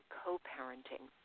co-parenting